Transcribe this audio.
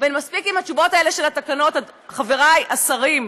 מספיק עם התשובות האלה של "תקנות", חברי השרים,